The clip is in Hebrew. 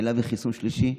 כן להביא חיסון שלישי,